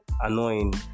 annoying